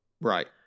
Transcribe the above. Right